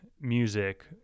music